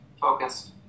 focused